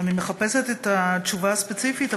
אני מחפשת את התשובה הספציפית,